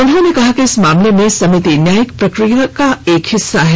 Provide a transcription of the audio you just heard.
उन्होंने कहा कि इस मामले में समिति न्यायिक प्रक्रिया का एक हिस्सा है